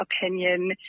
opinion